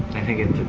i think it